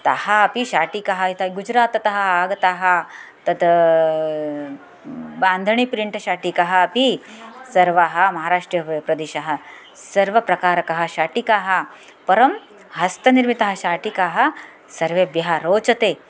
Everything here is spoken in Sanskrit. तः अपि शाटिकाः इतः गुजराततः आगताः तत् बान्दीप्रिण्ट् शाटिकाः अपि सर्वाः महाराष्ट्रीय प्रदेशः सर्वप्रकारकः शाटिकाः परं हस्तनिर्मितः शाटिकाः सर्वेभ्यः रोचते